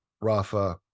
rafa